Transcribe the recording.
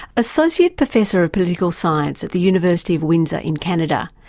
associate professor of political science at the university of windsor in canada,